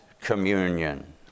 communion